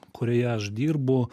kurioje aš dirbu